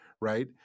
right